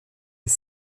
les